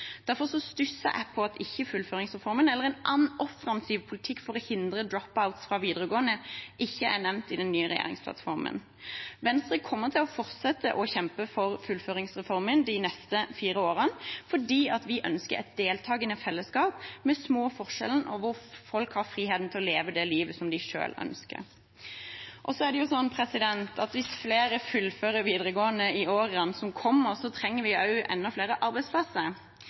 jeg på at ikke fullføringsreformen eller en annen offensiv politikk for å hindre drop-out fra videregående er nevnt i den nye regjeringsplattformen. Venstre kommer til å fortsette med å kjempe for fullføringsreformen de neste fire årene fordi vi ønsker et deltakende fellesskap, med små forskjeller, hvor folk har friheten til å leve det livet de selv ønsker. Hvis flere fullfører videregående i årene som kommer, trenger vi også enda flere arbeidsplasser.